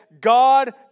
God